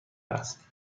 است